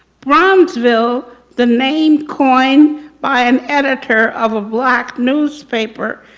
bronzeville, the name coined by an editor of a black newspaper,